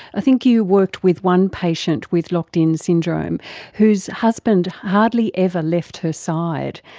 i think you worked with one patient with locked-in syndrome whose husband hardly ever left her side.